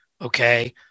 Okay